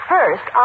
First